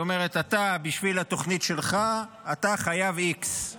היא אומרת, בשביל התכנית שלך אתה חייב X. זה